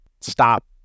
stop